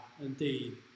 indeed